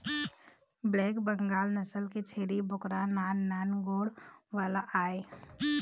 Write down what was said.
black Bengal नसल के छेरी बोकरा नान नान गोड़ वाला आय